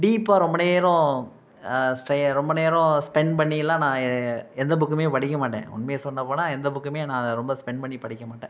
டீப்பாக ரொம்ப நேரம் ஸ்டே ரொம்ப நேரம் ஸ்பெண்ட் பண்ணியெல்லாம் நான் எ எந்த புக்குமே படிக்க மாட்டேன் உண்மையை சொல்லப் போனால் எந்த புக்குமே நான் ரொம்ப ஸ்பெண்ட் பண்ணிப் படிக்க மாட்டேன்